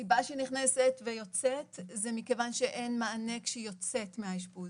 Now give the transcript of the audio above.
הסיבה שהיא נכנסת ויוצאת זה מכיוון שאין מענה כשהיא יוצאת מהאשפוז,